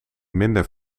minder